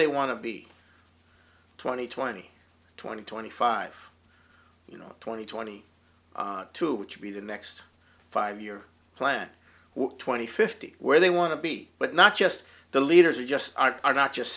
they want to be twenty twenty twenty twenty five you know twenty twenty two which would be the next five year plan what twenty fifty where they want to be but not just the leaders are just are are not just